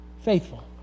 faithful